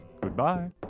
Goodbye